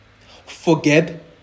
Forget